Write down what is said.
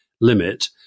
limit